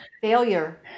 failure